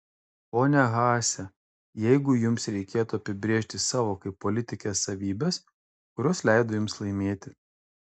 ponia haase jeigu jums reikėtų apibrėžti savo kaip politikės savybes kurios leido jums laimėti